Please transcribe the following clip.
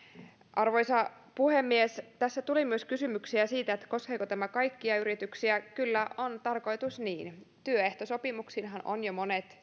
arvoisa puhemies tässä tuli myös kysymyksiä siitä koskeeko tämä kaikkia yrityksiä kyllä on tarkoitus niin työehtosopimuksiinhan ovat jo monet